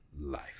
life